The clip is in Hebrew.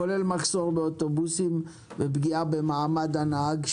כולל מחסור באוטובוסים ופגיעה במעמד הנהג,